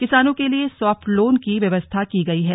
किसानों के लिए सॉफ्टलोन की व्यवस्था की गई है